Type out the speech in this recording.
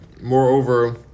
Moreover